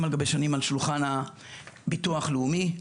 על גבי שנים על שולחן הביטוח הלאומי.